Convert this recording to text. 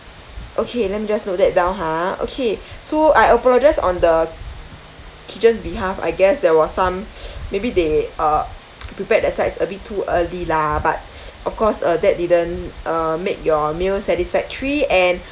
okay let me just note that down ha okay so I apologise on the kitchen's behalf I guess there was some maybe they uh prepared that sides a bit too early lah but of course uh that didn't uh make your meal satisfactory and